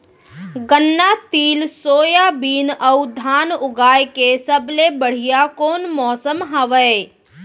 गन्ना, तिल, सोयाबीन अऊ धान उगाए के सबले बढ़िया कोन मौसम हवये?